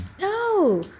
No